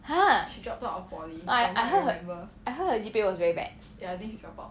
!huh! no I I heard I heard her G_P_A was very bad